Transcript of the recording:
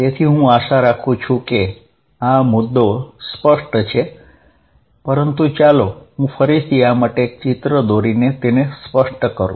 તેથી હું આશા રાખું છું કે આ મુદ્દો સ્પષ્ટ છે પરંતુ ચાલો હું ફરીથી તેને સ્પષ્ટ કરું